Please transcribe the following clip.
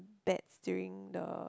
bets during the